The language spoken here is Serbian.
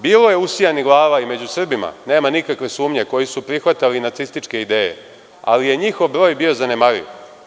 Bilo je usijanih glava i među Srbima, nema nikakve sumnje, koji su prihvatali nacističke ideje, ali je njihov broj bio zanemarljiv.